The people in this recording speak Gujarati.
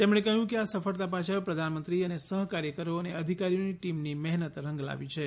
તેમણે કહ્યું કે આ સફળતા પાછળ પ્રધાનમંત્રી અને સહકાર્યકરો અને અધિકારીઓની ટીમની મહેનત રંગ લાવી છે